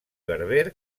berber